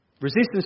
Resistance